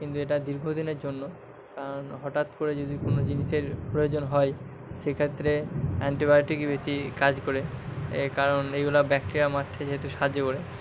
কিন্তু এটা দীর্ঘদিনের জন্য কারণ হঠাৎ করে যদি কোনো জিনিসের প্রয়োজন হয় সেক্ষেত্রে অ্যান্টিবায়োটিকই বেশি কাজ করে কারণ এগুলা ব্যাকটেরিয়া মারতে যেহেতু সাহায্য করে